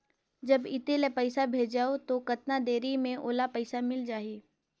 जब इत्ते ले पइसा भेजवं तो कतना देरी मे ओला पइसा मिल जाही?